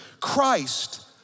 Christ